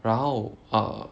然后 err